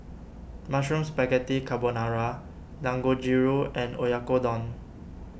Mushroom Spaghetti Carbonara Dangojiru and Oyakodon